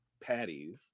patties